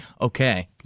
okay